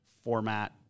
format